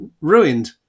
ruined